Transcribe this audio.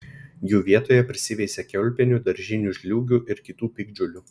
jų vietoje prisiveisia kiaulpienių daržinių žliūgių ir kitų piktžolių